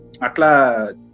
Atla